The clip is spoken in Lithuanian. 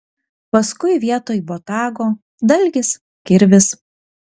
paskui vietoj botago dalgis kirvis